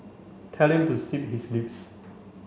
tell him to zip his lips